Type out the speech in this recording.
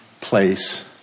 place